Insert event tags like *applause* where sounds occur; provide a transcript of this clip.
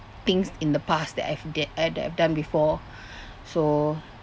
things in the past that I've did that I'd done before *breath* so